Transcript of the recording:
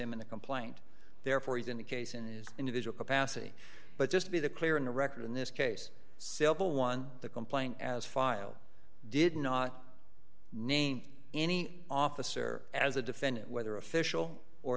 him in the complaint therefore he's in the case and is individual capacity but just be the clear in the record in this case civil one the complaint as filed did not name any officer as a defendant whether official or